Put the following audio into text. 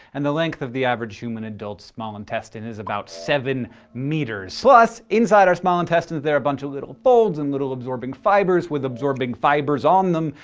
and the length of the average human adult's small intestine is about seven meters! plus, inside our small intestines there are a bunch of little folds and little absorbing fibers with absorbing fibers on them,